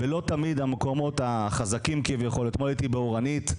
ולא תמיד המקומות החזקים כביכול אתמול הייתי באורנית,